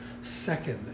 second